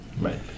Right